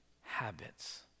habits